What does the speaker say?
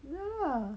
ya